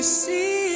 see